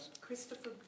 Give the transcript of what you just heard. Christopher